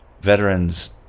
veterans